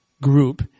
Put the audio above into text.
group